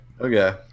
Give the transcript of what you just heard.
Okay